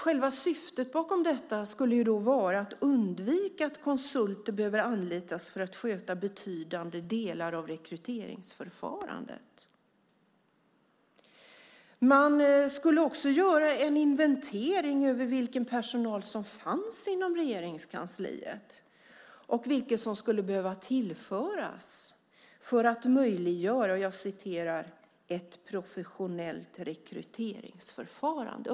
Själva syftet bakom detta skulle då vara att undvika att konsulter behöver anlitas för att sköta betydande delar av rekryteringsförfarandet. Man skulle också göra en inventering av vilken personal som fanns inom Regeringskansliet och vilken som skulle behöva tillföras för att möjliggöra "ett professionellt rekryteringsförfarande".